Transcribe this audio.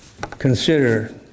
consider